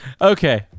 Okay